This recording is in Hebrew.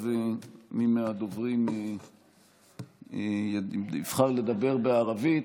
אם מי מהדוברים יבחר לדבר בערבית,